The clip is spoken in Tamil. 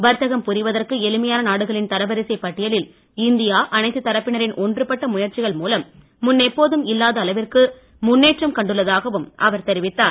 வர்த்தகம் புரிவதற்கு எளிமையான நாடுகளின் தரவரிசைப் பட்டியலில் இந்தியா அனைத்துத் தரப்பினரின் ஒன்றுபட்ட முயற்சிகள் மூலம் முன்னெப்போதும் இல்லாத அளவிற்கு முன்னேற்றம் கண்டுள்ளதாகவும் அவர் தெரிவித்தார்